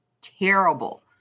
terrible